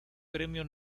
premio